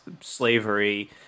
slavery